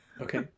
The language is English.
okay